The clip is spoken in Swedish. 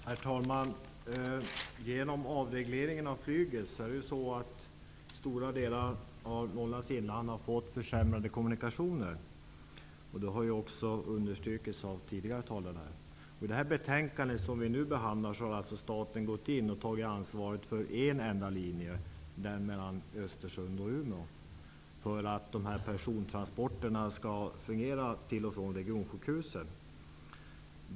Herr talman! Genom avregleringen av flyget har stora delar av Norrlands inland fått försämrade kommunikationer. Detta har också understrukits av tidigare talare. I det betänkande som vi nu behandlar föreslås att staten skall ta ansvaret för en enda linje mellan Östersund och Umeå, för att persontransporterna till och från regionsjukhuset skall fungera.